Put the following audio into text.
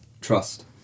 trust